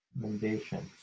Recommendations